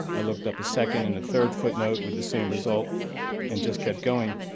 i looked up a second and a third footnote with the same result and just kept going,